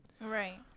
Right